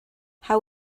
how